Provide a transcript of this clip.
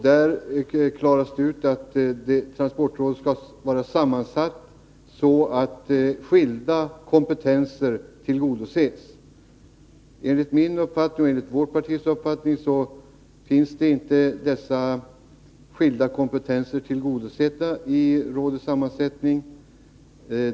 Där klaras det ut att transportrådet skall vara sammansatt så att skilda kompetenser tillgodoses. Enligt min och vårt partis uppfattning är inte dessa skilda kompetenser tillgodosedda i rådets nuvarande sammansättning.